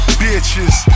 bitches